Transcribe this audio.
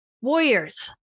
Warriors